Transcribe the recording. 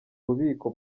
bubiko